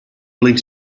willing